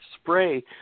spray